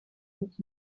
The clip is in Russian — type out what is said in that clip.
винить